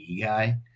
guy